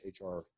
HR